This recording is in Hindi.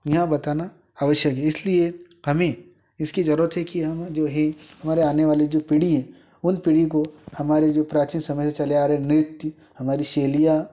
यह बताना आवश्यक है इसलिए हमें इसकी जरूरत है कि हम जो है हमारे आने वाले जो पीढ़ी हैं उन पीढ़ी को हमारे जो प्राचीन समय से चले आ रहे नृत्य हमारी शैलियाँ